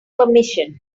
permission